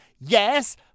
Yes